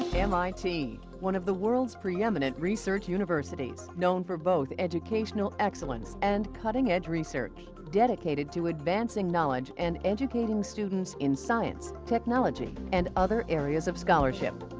mit, one of the world's preeminent research universities, known for both educational excellence and cutting-edge research. dedicated to advancing knowledge and educating students in science, technology, and other areas of scholarship.